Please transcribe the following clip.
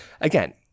again